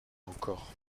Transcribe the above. encore